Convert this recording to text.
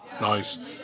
Nice